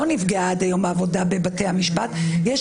ועד היום העבודה בבתי המשפט לא נפגעה,